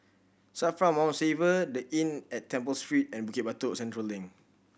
SAFRA Mount Faber The Inn at Temple Street and Bukit Batok Central Link